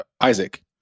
Isaac